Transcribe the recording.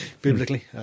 Biblically